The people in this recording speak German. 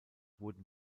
wurden